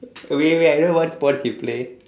wait wait I know what sports you play